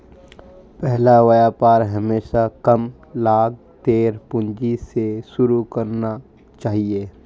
पहला व्यापार हमेशा कम लागतेर पूंजी स शुरू करना चाहिए